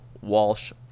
Walsh